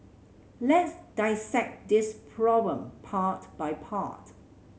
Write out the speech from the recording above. let's dissect this problem part by part